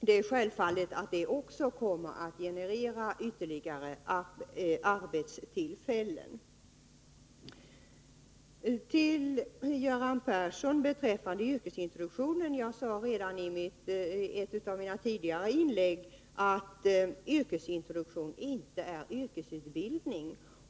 Det är självklart att det också kommer att generera ytterligare arbetstillfällen. Till Göran Persson vill jag beträffande yrkesintroduktionen framhålla att jag redan i ett av mina tidigare inlägg sade att yrkesintroduktion inte är yrkesutbildning.